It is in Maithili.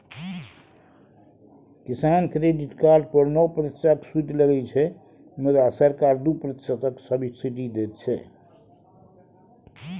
किसान क्रेडिट कार्ड पर नौ प्रतिशतक सुदि लगै छै मुदा सरकार दु प्रतिशतक सब्सिडी दैत छै